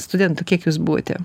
studentų kiek jūs buvote